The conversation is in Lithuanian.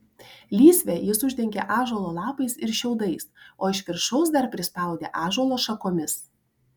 lysvę jis uždengė ąžuolo lapais ir šiaudais o iš viršaus dar prispaudė ąžuolo šakomis